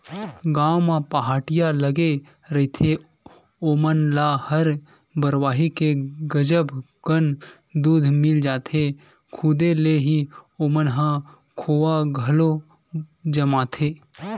गाँव म पहाटिया लगे रहिथे ओमन ल हर बरवाही के गजब कन दूद मिल जाथे, खुदे ले ही ओमन ह खोवा घलो जमाथे